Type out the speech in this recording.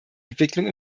entwicklung